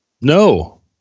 no